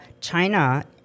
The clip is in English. China